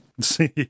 See